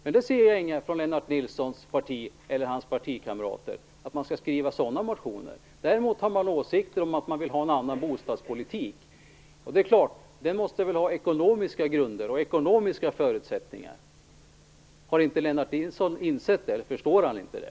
Men några sådana motioner från Lennart Nilsson eller hans partikamrater kan jag inte se. Däremot har man åsikter om att man vill ha en annan bostadspolitik. Den måste förstås ha ekonomiska grunder och ekonomiska förutsättningar. Har inte Lennart Nilsson insett det, eller förstår han inte det?